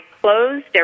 closed